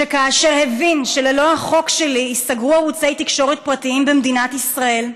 שכאשר הבין שללא החוק שלי ייסגרו ערוצי תקשורת פרטיים במדינת ישראל,